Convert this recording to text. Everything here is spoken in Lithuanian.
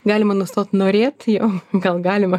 galima nustot norėt o gal galima